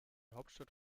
hauptstadt